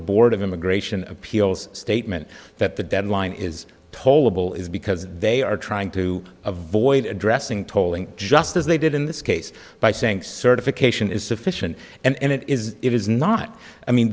board of immigration appeals statement that the deadline is tol'able is because they are trying to avoid addressing tolling just as they did in this case by saying certification is sufficient and it is it is not i mean